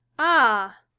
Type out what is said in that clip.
ah,